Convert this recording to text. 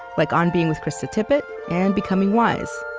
like on being with krista tippett and becoming wise.